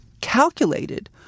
calculated